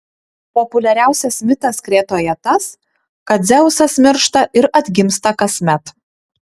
populiariausias mitas kretoje tas kad dzeusas miršta ir atgimsta kasmet